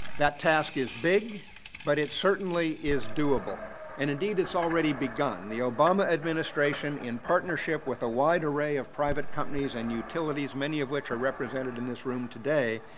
that task is big but it certainly is doable and indeed it's already begun. the obama administration in partnership with a wide array of private companies and utilities, many of which are represented in this room today,